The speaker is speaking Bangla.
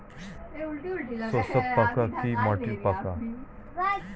শোষক পোকা কি মাটির পোকা?